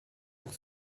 pour